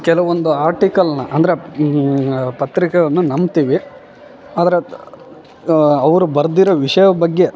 ಕೆಲವೊಂದು ಆರ್ಟಿಕಲ್ನ ಅಂದರೆ ಪತ್ರಿಕೆಯನ್ನು ನಂಬ್ತೀವಿ ಆದರೆ ಅವ್ರು ಬರ್ದಿರೋ ವಿಷಯದ ಬಗ್ಗೆ